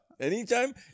Anytime